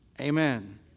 Amen